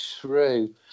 true